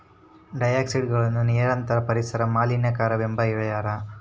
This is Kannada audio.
ಡಯಾಕ್ಸಿನ್ಗಳನ್ನು ನಿರಂತರ ಪರಿಸರ ಮಾಲಿನ್ಯಕಾರಕವೆಂದು ಹೇಳ್ಯಾರ